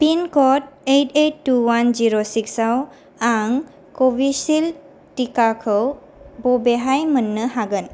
पिनक'ड eight eight two one जिर' six आव आं कविसिल्द टिकाखौ बबेहाय मोन्नो हागोन